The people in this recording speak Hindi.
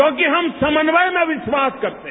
क्योंकि हम समन्वय में विश्वास करते हैं